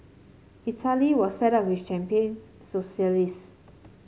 Italy was fed up with champagne